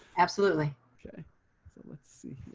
absolutely. so let's see.